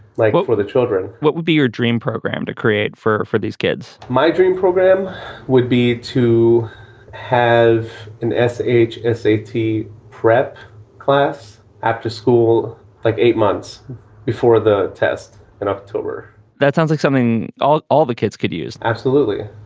like for the children what would be your dream program to create for for these kids? my dream program would be to have an s h s a t. prep class after school like eight months before the test in october that sounds like something on all the kids could use absolutely.